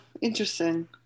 Interesting